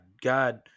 God